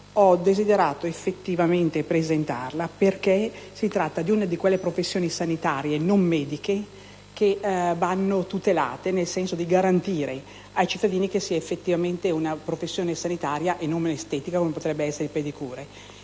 così parziali e di nicchia, perché si tratta di una di quelle professioni sanitarie non mediche che vanno tutelate, nel senso di garantire ai cittadini che sia effettivamente una professione sanitaria e non estetica, come potrebbe essere quella del pedicure.